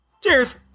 Cheers